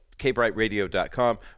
kbrightradio.com